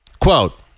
Quote